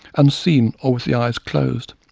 unseen or with the eyes closed.